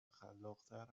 خلاقتر